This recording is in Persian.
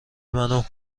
منو